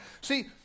See